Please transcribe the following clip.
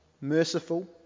merciful